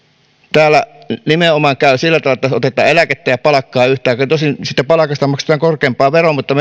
nimenomaan käy sillä tavalla että otetaan eläkettä ja palkkaa yhtä aikaa tosin siitä palkasta maksetaan korkeampaa veroa mutta